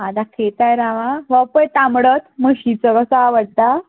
आं दाखयता राव हां हो पळय तांबडोच म्हशीचो कसो आवडटा